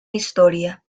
historia